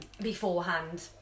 beforehand